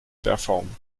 perform